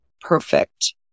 perfect